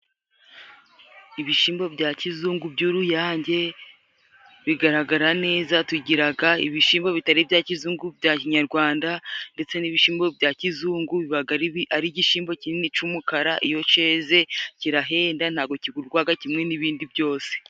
Ibishimbo bya kizungu by'uruyange bigaragara neza . Tugiraga ibishimbo bitari ibya kizungu, bya kinyarwanda. Ndetse n'ibishimbo bya kizungu bibaga ari igishimbo kinini cy'umukara, iyo ceze kirahenda ntabwo kigurwaga kimwe n'ibindi byose.